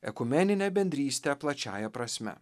ekumeninę bendrystę plačiąja prasme